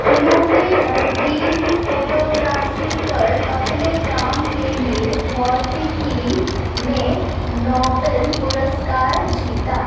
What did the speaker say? उन्होंने रंगीन फोटोग्राफ़ी पर अपने काम के लिए भौतिकी में नोबेल पुरस्कार जीता